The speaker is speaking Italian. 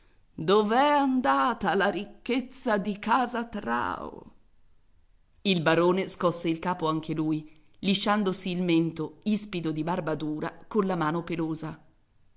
è andata la ricchezza di casa trao il barone scosse il capo anche lui lisciandosi il mento ispido di barba dura colla mano pelosa